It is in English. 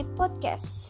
podcast